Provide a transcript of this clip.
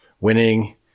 winning